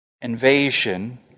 invasion